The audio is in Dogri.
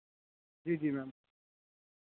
जी जी मैम